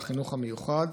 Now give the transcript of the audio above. והחינוך המיוחד.